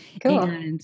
Cool